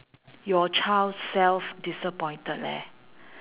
your child self disappointed leh